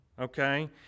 okay